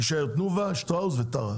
יישארו רק "תנובה", "שטראוס" ו"טרה.